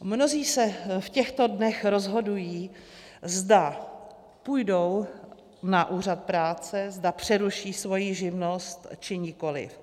Mnozí se v těchto dnech rozhodují, zda půjdou na úřad práce, zda přeruší svoji živnost, či nikoliv.